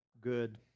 good